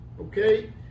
Okay